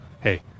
hey